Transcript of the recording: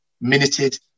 minuted